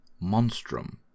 monstrum